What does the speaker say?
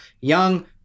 Young